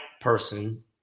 person